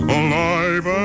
alive